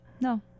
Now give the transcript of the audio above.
No